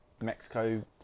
Mexico